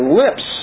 lips